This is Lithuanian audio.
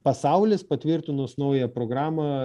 pasaulis patvirtinus naują programą